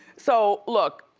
so look,